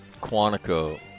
Quantico